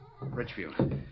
Richfield